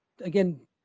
again